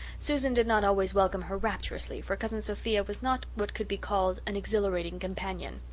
susan did not always welcome her rapturously for cousin sophia was not what could be called an exhilarating companion.